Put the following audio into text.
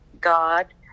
God